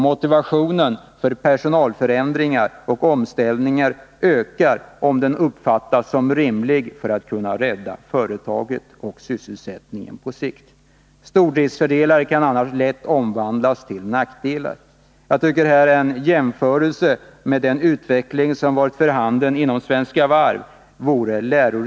Motivationen för personalförändringar och omställningar ökar, om de uppfattas som rimliga för att kunna rädda företaget och sysselsättningen på sikt. Stordriftsfördelar kan annars lätt omvandlas till nackdelar. Jag tycker Om SSAB:s verkatt det vore lärorikt att göra en jämförelse med den utveckling som varit för handen inom Svenska Varv.